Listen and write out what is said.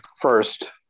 first